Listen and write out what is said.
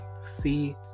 see